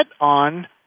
on